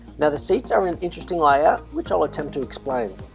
and the seats are in an interesting layout, which i'll attempt to explain